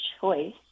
choice